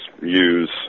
use